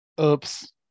Oops